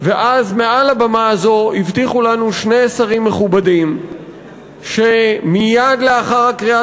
ואז מעל הבמה הזאת הבטיחו לנו שני שרים מכובדים שמייד לאחר הקריאה